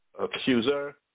accuser